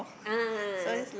a'ah a'ah a'ah